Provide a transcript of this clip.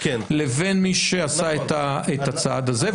לבין מי שעשה את הצעד הזה.